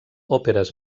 òperes